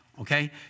okay